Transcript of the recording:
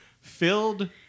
Filled